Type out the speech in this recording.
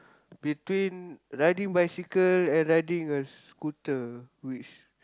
between riding bicycle and riding a scooter which